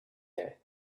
there